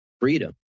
freedom